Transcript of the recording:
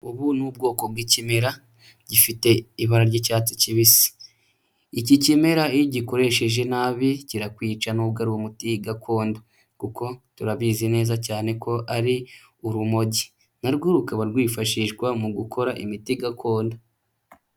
Ubu ni ubwoko bw'ikimera gifite ibara ry'icyatsi kibisi. Iki kimera iyo ugikoresheje nabi kirakwica n'ubwo ari umuti gakondo, kuko turabizi neza cyane ko ari urumogi na rwo rukaba rwifashishwa mu gukora imiti gakondo.